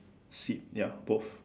seat ya both